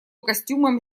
костюмом